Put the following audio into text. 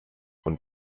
und